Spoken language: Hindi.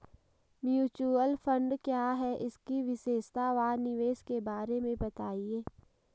म्यूचुअल फंड क्या है इसकी विशेषता व निवेश के बारे में बताइये?